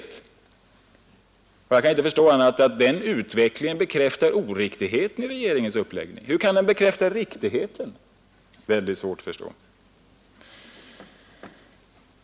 Jag kan inte förstå annat än att utvecklingen bekräftar oriktigheten i regeringens uppläggning. Jag kan inte förstå hur den skulle kunna bekräfta riktigheten däri.